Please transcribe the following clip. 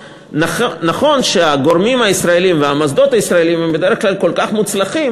נכון שהגורמים הישראליים והמוסדות הישראליים הם בדרך כלל כל כך מוצלחים